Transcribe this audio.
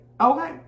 okay